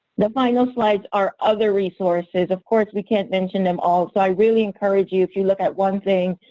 the final slides are other resources. of course, we can't mention them all, so i really encourage you if you look at one thing,